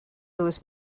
louis